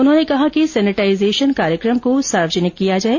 उन्होंने कहा कि सेनिटाइजेशन कार्यक्रम को सार्वजनिक किया जाए